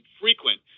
frequent